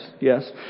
yes